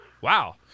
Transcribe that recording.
Wow